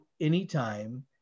anytime